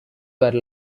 were